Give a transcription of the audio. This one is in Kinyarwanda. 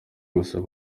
gusa